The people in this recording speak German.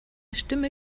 stimme